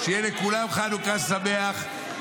שיהיה לכולם חנוכה שמח,